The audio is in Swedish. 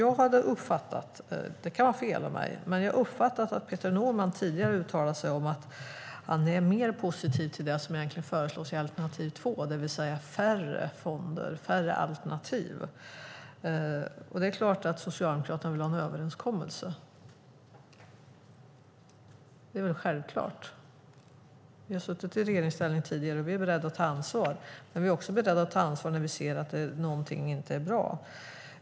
Jag hade uppfattat - det kan ha varit fel av mig - att Peter Norman tidigare uttalat sig om att han är mer positiv till det som egentligen föreslås i alternativ två, det vill säga färre fonder, färre alternativ. Det är klart att Socialdemokraterna vill ha en överenskommelse. Det är väl självklart. Vi har suttit i regeringsställning tidigare. Vi är beredda att ta ansvar, och vi är också beredda att ta ansvar när vi ser att någonting inte är bra.